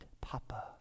Papa